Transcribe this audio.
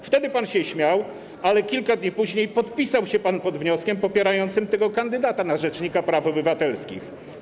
Wtedy pan się śmiał, ale kilka dni później podpisał się pan pod wnioskiem popierającym tego kandydata na rzecznika praw obywatelskich.